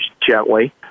gently